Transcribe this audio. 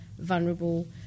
vulnerable